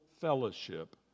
fellowship